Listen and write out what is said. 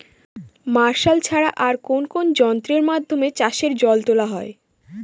Martial ছাড়া আর কোন কোন যন্ত্রেরর মাধ্যমে চাষের জল তোলা হয়?